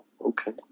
Okay